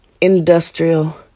industrial